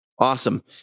Awesome